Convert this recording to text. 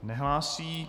Nehlásí.